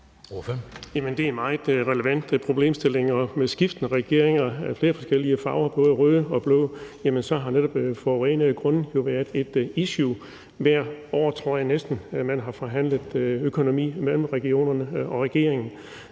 Det er en meget relevant problemstilling, og for skiftende regeringer af flere forskellige farver, både røde og blå, har netop forurenede grunde jo været et issue. Hvert år tror jeg næsten man har forhandlet økonomi mellem regionerne og regeringen.